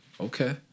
Okay